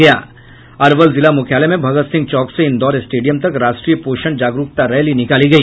अरवल जिला मुख्यालय में भगत सिंह चौक से इंदौर स्टेडियम तक राष्ट्रीय पोषण जागरूकता रैली निकाली गई